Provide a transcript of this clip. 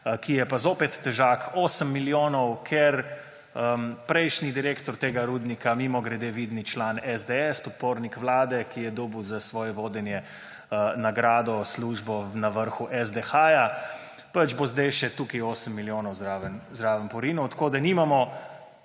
ki je pa zopet težak 8 milijonov, ker bo prejšnji direktor tega rudnika – mimogrede, vidni član SDS, podpornik Vlade, ki je dobil za svoje vodenje nagrado, službo na vrhu SDH – pač zdaj še tukaj 8 milijonov zraven porinil. Tako da nimamo